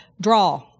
draw